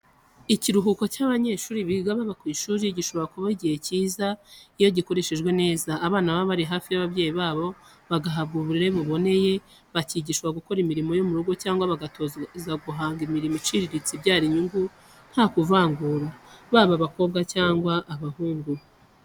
Ikiruhuko cy'abanyeshuri biga baba ku ishuri, gishobora kuba igihe cyiza, iyo gikoreshejwe neza. Abana baba bari hafi y'ababyeyi babo bagahabwa uburere buboneye, bakigishwa gukora imirimo yo mu rugo cyangwa bagatozwa guhanga imirimo iciriritse ibyara inyungu nta kuvangura, baba abakobwa cyangwa abahungu.